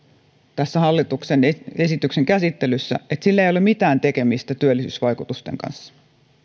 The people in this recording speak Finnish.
tässä hallituksen esityksen käsittelyssä että sillä ei ei ole mitään tekemistä työllisyysvaikutusten kanssa